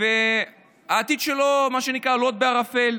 והעתיד שלו, מה שנקרא, לוט בערפל.